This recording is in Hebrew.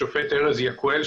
השופט ארז יקואל,